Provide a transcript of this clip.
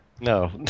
No